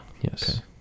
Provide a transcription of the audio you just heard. yes